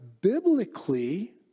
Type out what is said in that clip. biblically